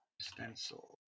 Stencil